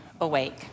awake